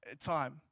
time